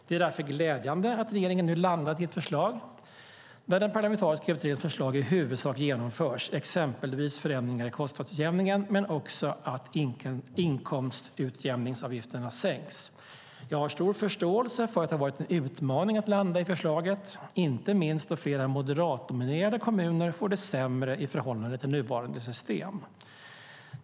Det är därför glädjande att regeringen nu landat i ett förslag där den parlamentariska utredningens förslag i huvudsak genomförs, exempelvis förändringar i kostnadsutjämningen men också att inkomstutjämningsavgifterna sänks. Jag har stor förståelse för att det har varit en utmaning att landa i förslaget, inte minst då flera moderatdominerade kommuner får det sämre i förhållande till nuvarande system.